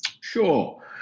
sure